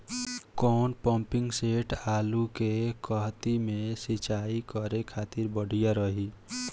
कौन pumping set आलू के कहती मे सिचाई करे खातिर बढ़िया रही?